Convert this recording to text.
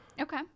okay